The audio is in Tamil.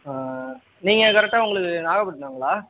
நீங்கள் கரெக்டாக உங்களுக்கு நாகப்பட்டினங்களா